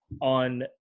on